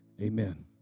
Amen